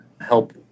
help